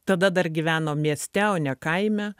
tada dar gyvenom mieste o ne kaime